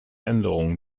änderung